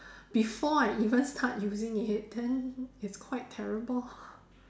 before I even start using it then it's quite terrible